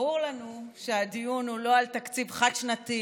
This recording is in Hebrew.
ברור לנו שהדיון הוא לא על תקציב חד-שנתי,